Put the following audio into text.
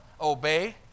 Obey